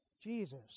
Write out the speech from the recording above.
Jesus